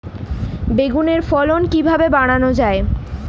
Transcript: বেগুনের ফলন কিভাবে বাড়ানো যায়?